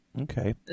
Okay